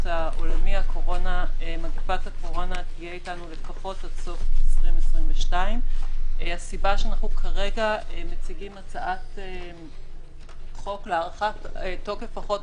העולמי מגפת הקורונה תהיה איתנו לפחות עד סוף 2022. הסיבה שאנחנו כרגע מציגים הצעת חוק להארכת תוקף החוק